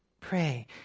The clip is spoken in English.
Pray